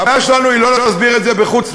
הבעיה שלנו היא לא להסביר את זה בחוץ-לארץ,